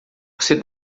você